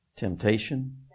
Temptation